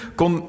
kon